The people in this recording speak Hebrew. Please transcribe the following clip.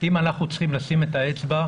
אם אנחנו צריכים לשים את האצבע,